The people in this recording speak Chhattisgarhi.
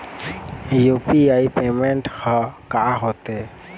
यू.पी.आई पेमेंट हर का होते?